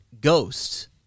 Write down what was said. ghosts